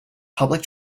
public